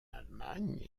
allemagne